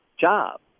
job